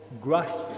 grasp